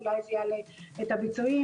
אולי זה יעלה את הביצועים.